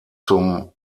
zum